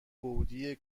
گودی